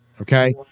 okay